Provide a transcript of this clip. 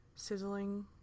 sizzling